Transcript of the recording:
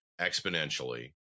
exponentially